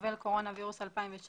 (Novel Coronavirus 2019-nCoV).